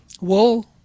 Wool